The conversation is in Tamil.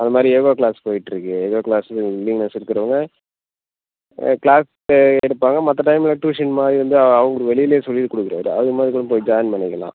அதுமாதிரி யோகா க்ளாஸ் போயிட்டுருக்கு யோகா க்ளாஸ்ஸும் வில்லிங்நெஸ் இருக்கிறவங்க க்ளாஸ் போய் எடுப்பாங்க மற்ற டைம்மில் ட்யூஷன் மாதிரி வந்து அ அவங்களுக்கு வெளில சொல்லிக்கொடுக்குறவங்க அதுமாதிரி கூடம் போய் ஜாயின் பண்ணிக்கலாம்